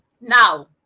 Now